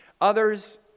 Others